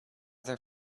there